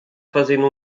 fazendo